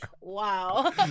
Wow